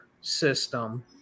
system